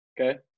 Okay